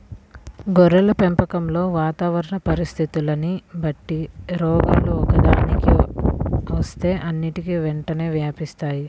గొర్రెల పెంపకంలో వాతావరణ పరిస్థితులని బట్టి రోగాలు ఒక్కదానికి వస్తే అన్నిటికీ వెంటనే వ్యాపిస్తాయి